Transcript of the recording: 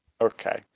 Okay